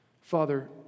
Father